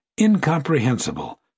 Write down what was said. incomprehensible